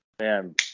man